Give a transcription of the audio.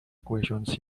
equations